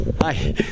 Hi